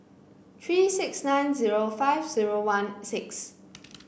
three six nine zero five zero one six